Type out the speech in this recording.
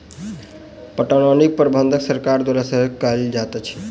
पटौनीक प्रबंध सरकार द्वारा सेहो कयल जाइत अछि